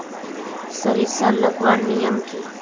सरिसा लगवार नियम की?